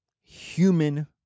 human